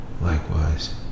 likewise